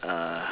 uh